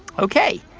ok,